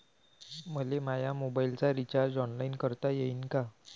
मले माया मोबाईलचा रिचार्ज ऑनलाईन करता येईन का?